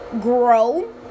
grow